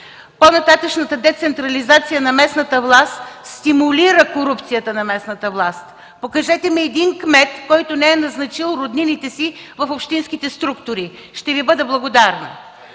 По-нататъшната децентрализация на местната власт стимулира корупцията на местната власт. Покажете ми един кмет, който не е назначил роднините си в общинските структури, ще Ви бъда благодарна.